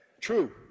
True